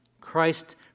Christ